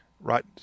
right